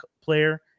player